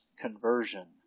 conversion